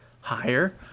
higher